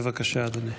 בבקשה, אדוני.